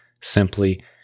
simply